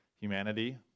Humanity